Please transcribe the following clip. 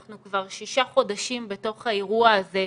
אנחנו כבר שישה חודשים בתוך האירוע הזה,